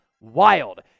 wild